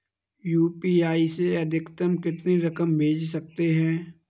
UPI से अधिकतम कितनी रकम भेज सकते हैं?